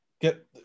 get